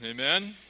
amen